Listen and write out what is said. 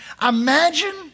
Imagine